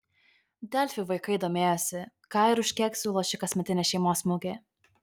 delfi vaikai domėjosi ką ir už kiek siūlo ši kasmetinė šeimos mugė